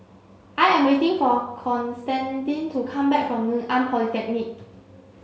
I am waiting for Constantine to come back from Ngee Ann Polytechnic